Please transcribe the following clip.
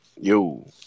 Yo